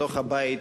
בתוך הבית,